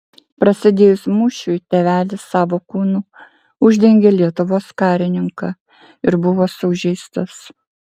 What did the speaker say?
prasidėjus mūšiui tėvelis savo kūnu uždengė lietuvos karininką ir buvo sužeistas